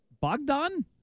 Bogdan